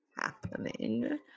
happening